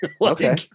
Okay